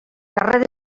carrer